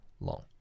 long